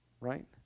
Right